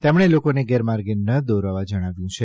તેમણે લોકોને ગેરમાર્ગે ન દોરવા જણાવ્યું છે